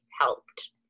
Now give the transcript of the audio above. helped